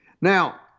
Now